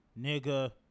Nigga